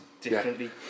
differently